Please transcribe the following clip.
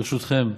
ברשותכם.